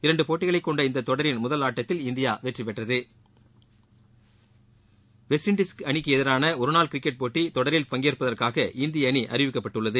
இரண்டு போட்டிகளைக் கொண்ட இந்த தொடரின் முதல் ஆட்டத்தில் இந்தியா வெற்றிபெற்றது வெஸ்ட் இன்டிஸ் அணிக்கு எதிரான ஒரு நாள் கிரிக்கெட் போட்டி தொடரில் பங்கேற்பதற்கான இந்திய அணி அறிவிக்கப்பட்டுள்ளது